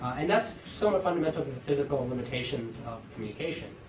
and that's somewhat fundamental of the physical limitations of communication.